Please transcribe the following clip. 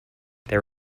their